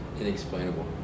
Inexplainable